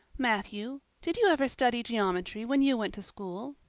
matthew, did you ever study geometry when you went to school?